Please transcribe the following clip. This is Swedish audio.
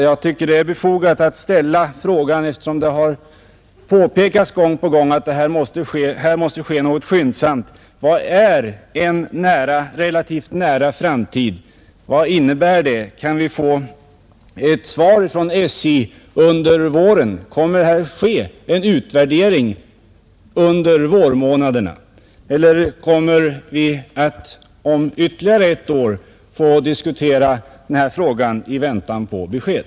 Vad är en ”Trelativt nära framtid”? Kan vi få ett svar från SJ om det kommer att ske en utvärdering av olika typer av tågtoaletter under vårmånaderna eller kommer vi om ytterligare ett år att bli tvungna att diskutera denna fråga i väntan på besked?